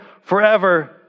forever